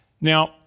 Now